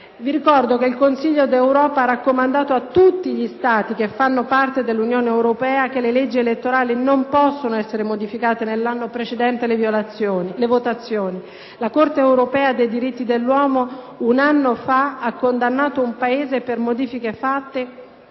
Vi ricordo che il Consiglio d'Europa ha raccomandato a tutti gli Stati che fanno parte dell'Unione europea che le leggi elettorali non possono essere modificate nell'anno precedente le votazioni. La Corte europea dei diritti dell'uomo, un anno fa, ha condannato un Paese per modifiche fatte